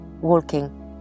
walking